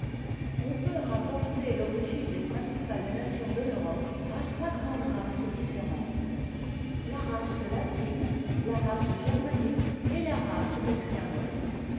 on peut rapporter l'origine des principales nations de t'enrope a trots grandes races différentes la race latine la race germanique et la race esc